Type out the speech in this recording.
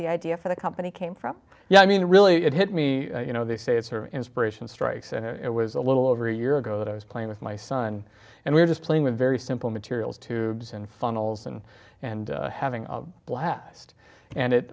the idea for the company came from i mean really it hit me you know they say it's her inspiration strikes and it was a little over a year ago that i was playing with my son and we're just playing with very simple materials tubes and funnels and and having a blast and it